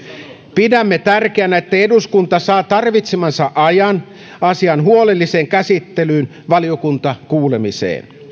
pidämme tärkeänä että eduskunta saa tarvitsemansa ajan asian huolelliseen käsittelyyn valiokuntakuulemisineen